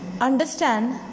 understand